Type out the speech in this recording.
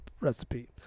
recipe